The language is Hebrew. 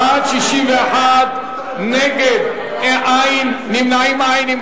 בעד, 61, נגד, אין, נמנעים, אין.